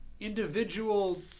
Individual